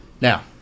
Now